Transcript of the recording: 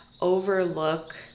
overlook